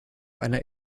einer